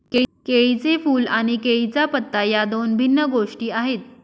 केळीचे फूल आणि केळीचा पत्ता या दोन भिन्न गोष्टी आहेत